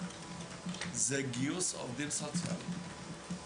והיא בגיוס עובדים סוציאליים.